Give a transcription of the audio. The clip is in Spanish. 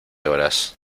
horas